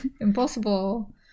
impossible